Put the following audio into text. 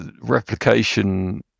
replication